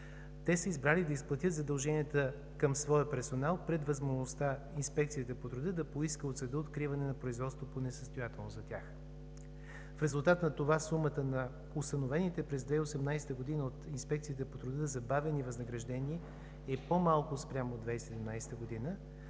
те са избрали да изплатят задълженията към своя персонал пред възможността Инспекцията по труда да поиска от съда откриване на производство по несъстоятелност за тях. В резултат на това сумата на установените през 2018 г. от Инспекцията по труда забавени възнаграждения е по-малка спрямо 2017 г., а